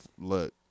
look